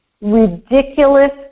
ridiculous